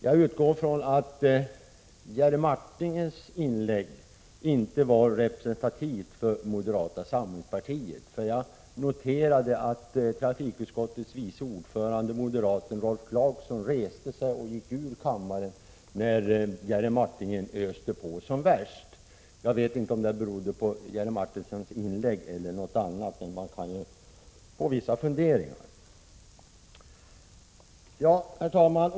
Jag utgår från att Jerry Martingers inlägg inte var representativt för moderata samlingspartiet — jag noterade nämligen att trafikutskottets vice ordförande, moderaten Rolf Clarkson, reste sig och gick ut ur kammaren när Jerry Martinger öste på som värst. Jag vet inte om det berodde på Jerry Martingers inlägg eller på någonting annat, men jag fick vissa funderingar.